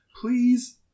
Please